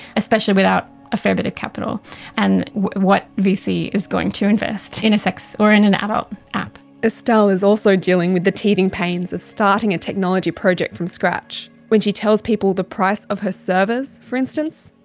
especially without a fair bit of capital and what vc is going to invest in a sex or in an adult app. estelle is also dealing with the teething pains of starting a technology project from scratch. when she tells people the price of her servers, for instance,